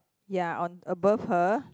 ya on above her